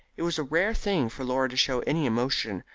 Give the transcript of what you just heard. it was a rare thing for laura to show any emotion,